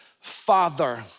father